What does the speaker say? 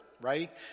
right